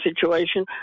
situation